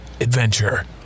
adventure